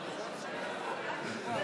בבקשה,